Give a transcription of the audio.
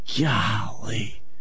golly